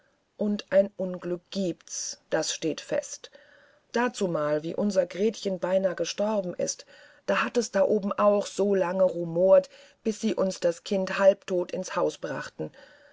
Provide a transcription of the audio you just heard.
und ein unglück gibt's das steht fest dazumal wie unser gretchen beinahe gestorben ist da hat es da oben auch so lange rumort bis sie uns das kind halbtot ins haus brachten